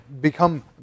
become